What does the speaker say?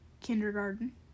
Kindergarten